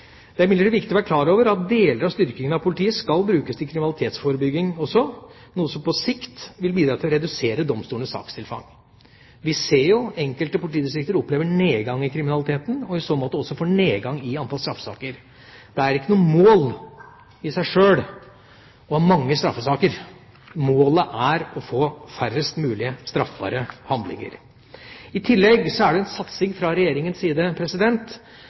Det er imidlertid viktig å være klar over at deler av styrkingen av politiet også skal brukes til kriminalitetsforebygging, noe som på sikt vil bidra til å redusere domstolenes sakstilfang. Vi ser at enkelte politidistrikter opplever nedgang i kriminaliteten, og får i så måte også nedgang i antall straffesaker. Det er ikke noe mål i seg sjøl å ha mange straffesaker. Målet er å få færrest mulig straffbare handlinger. I tillegg er det fra Regjeringas side særlig satsing på økt bruk av konfliktråd, som fikk en